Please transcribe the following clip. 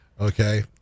okay